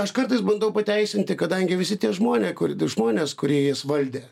aš kartais bandau pateisinti kadangi visi tie žmonė kurie žmonės kurie jas valdė